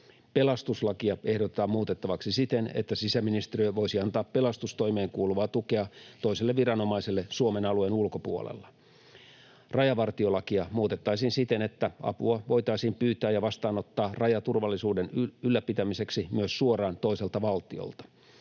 Pelastuslakia ehdotetaan muutettavaksi siten, että sisäministeriö voisi antaa pelastustoimeen kuuluvaa tukea toiselle viranomaiselle Suomen alueen ulkopuolella. Rajavartiolakia muutettaisiin siten, että apua voitaisiin pyytää ja vastaanottaa rajaturvallisuuden ylläpitämiseksi myös suoraan toiselta valtiolta.